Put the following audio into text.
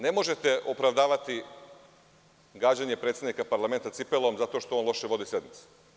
Ne možete opravdavati gađanje predsednika parlamenta cipelom zato što on loše vodi sednicu.